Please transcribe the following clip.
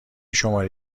شماره